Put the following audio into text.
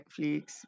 Netflix